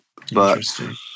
Interesting